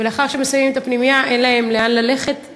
ולאחר שהם מסיימים את הפנימייה אין להם לאן ללכת,